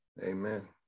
Amen